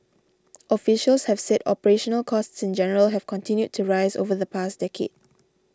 officials have said operational costs in general have continued to rise over the past decade